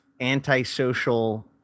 antisocial